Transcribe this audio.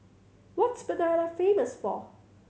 what Mbabana famous for